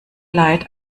leid